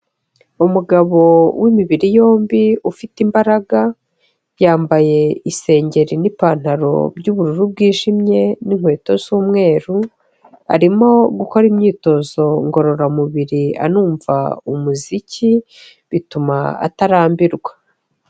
Umugabo w'imibiri yombi ufite imbaraga, yambaye isengeri n'ipantaro by'ubururu bwijimye n'inkweto z'umweru, arimo gukora imyitozo ngororamubiri anumva umuziki, bituma atarambirwa.